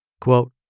Quote